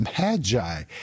magi